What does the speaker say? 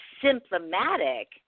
symptomatic